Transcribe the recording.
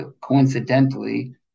coincidentally